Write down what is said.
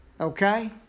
Okay